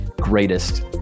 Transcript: greatest